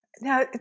Now